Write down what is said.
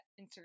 Instagram